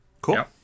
Cool